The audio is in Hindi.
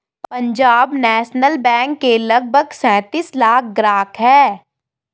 पंजाब नेशनल बैंक के लगभग सैंतीस लाख ग्राहक हैं